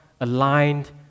aligned